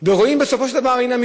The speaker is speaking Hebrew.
ורואים שהנה,